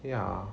ya